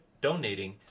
donating